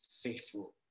faithful